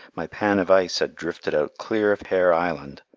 my pan of ice had drifted out clear of hare island,